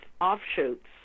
offshoots